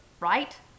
right